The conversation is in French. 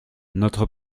notre